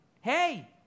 Hey